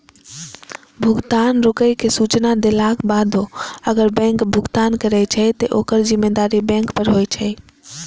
भुगतान रोकै के सूचना देलाक बादो अगर बैंक भुगतान करै छै, ते ओकर जिम्मेदारी बैंक पर होइ छै